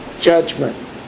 judgment